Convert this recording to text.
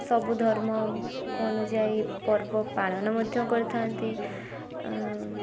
ସବୁ ଧର୍ମ ଅନୁଯାୟୀ ପର୍ବ ପାଳନ ମଧ୍ୟ କରିଥାନ୍ତି